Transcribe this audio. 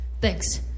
Thanks